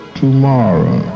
tomorrow